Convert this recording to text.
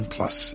Plus